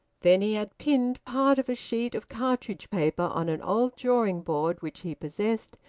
then he had pinned part of a sheet of cartridge-paper on an old drawing-board which he possessed,